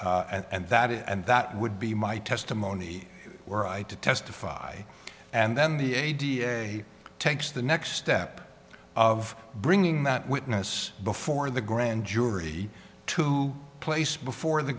and that and that would be my testimony were i to testify and then the aide takes the next step of bringing that witness before the grand jury to place before the